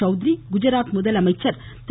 சௌத்திரி குஜராத் முதலமைச்சர் திரு